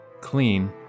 clean